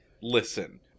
listen